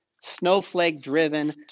snowflake-driven